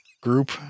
group